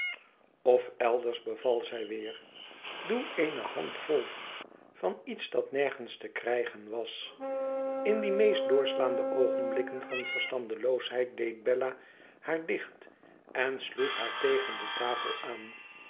of elders beval zij weer doe eene handvol van iets dat nergens te krijgen was in die meest doorslaande oogenblikken van verstandeloosheid deed bella haar dicht en sloeg haar tegen de tafel aan